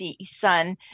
sun